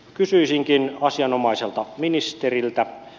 kysyisinkin asianomaiselta ministeriltä